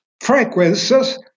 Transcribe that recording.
frequencies